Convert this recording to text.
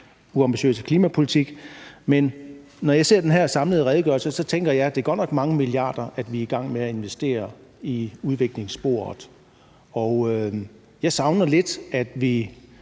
uambitiøse klimapolitik. Men når jeg ser den her samlede redegørelse, tænker jeg, at det godt nok er mange milliarder, vi er i gang med at investere i udviklingssporet, og jeg savner lidt, at vi